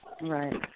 Right